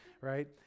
right